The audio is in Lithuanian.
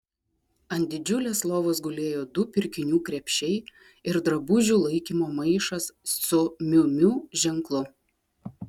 ant didžiulės lovos gulėjo du pirkinių krepšiai ir drabužių laikymo maišas su miu miu ženklu